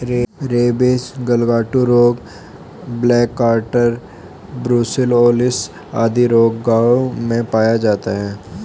rabies, गलघोंटू रोग, black quarter, brucellosis आदि रोग गायों में पाया जाता है